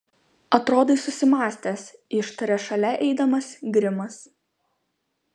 atrodai susimąstęs ištarė šalia eidamas grimas